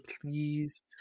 Please